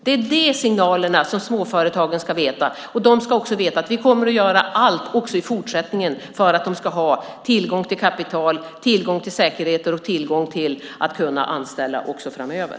Det är de signalerna som småföretagen ska se, och de ska veta att vi kommer att göra allt också i fortsättningen för att de ska ha tillgång till kapital, tillgång till säkerheter och tillgång till möjligheter att anställa också framöver.